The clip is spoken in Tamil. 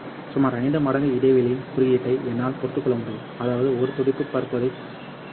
சுமார் 5 மடங்கு இடைவெளியின் குறுக்கீட்டை என்னால் பொறுத்துக்கொள்ள முடியும் அதாவது ஒரு துடிப்பு பரவுவதை 0